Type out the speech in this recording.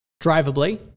Drivably